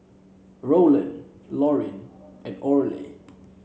Rowland Lorin and Orley